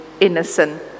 innocent